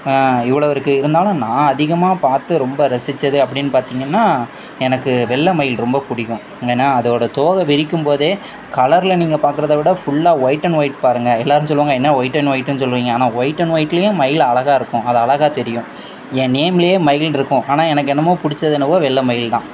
இவ்வளோ இருக்குது இருந்தாலும் நான் அதிகமாக பார்த்து ரொம்ப ரசித்தது அப்படின்னு பார்த்தீங்கன்னா எனக்கு வெள்ளைமயில் ரொம்ப பிடிக்கும் ஏன்னால் அதோடய தோகை விரிக்கும்போதே கலரில் நீங்கள் பார்க்கறத விட ஃபுல்லாக ஒயிட் அன் ஒயிட் பாருங்கள் எல்லோரும் சொல்வாங்க என்ன ஒயிட் அன்ட் ஒயிட்ன்னு சொல்லுவீங்க ஆனால் ஒயிட் அன் ஒயிட்லையும் மயில் அழகா இருக்கும் அது அழகா தெரியும் என் நேம்லையே மயில் இருக்கும் ஆனால் எனக்கு என்னமோ பிடிச்சதென்னவோ வெள்ளை மயில் தான்